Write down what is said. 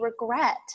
regret